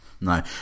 no